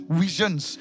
visions